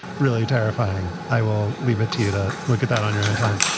really terrifying. i will leave it to you to look at that on your own time.